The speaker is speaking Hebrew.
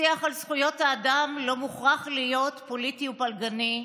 שיח על זכויות האדם לא מוכרח להיות פוליטי ופלגני.